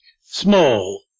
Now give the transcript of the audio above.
small